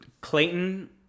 clayton